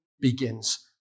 begins